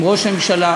עם ראש הממשלה.